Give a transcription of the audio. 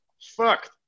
fucked